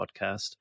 podcast